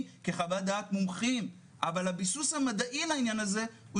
כחוות דעת מומחים אבל הביסוס המדעי לעניין הזה הוא